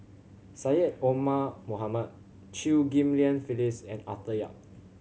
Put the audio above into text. Syed Omar Mohamed Chew Ghim Lian Phyllis and Arthur Yap